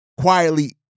quietly